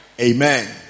amen